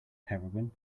heroine